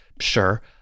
sure